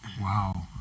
Wow